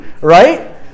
right